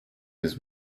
his